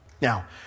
Now